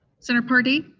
senator paradee?